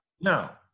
no